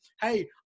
Hey